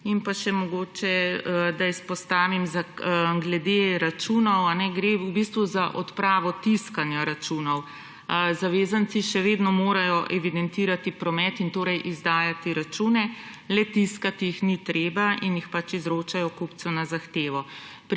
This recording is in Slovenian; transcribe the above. predpisi. Naj izpostavim še glede računov. Gre v bistvu za odpravo tiskanja računov. Zavezanci morajo še vedno evidentirati promet in torej izdajati račune, le tiskati jih ni treba, in jih izročajo kupcu na zahtevo.